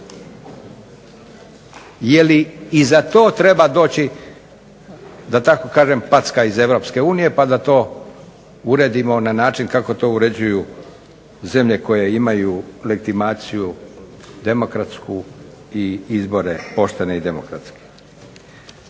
li i za to treba doći da tako kažem packa iz Europske unije pa da to uredimo na način kako to uređuju zemlje koje imaju legitimaciju demokratsku i izbore poštene i demokratske.